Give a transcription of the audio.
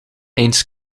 eens